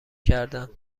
کردند